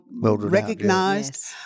recognized